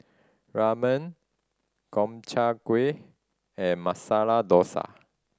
Ramen Gobchang Gui and Masala Dosa